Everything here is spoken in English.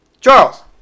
Charles